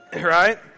Right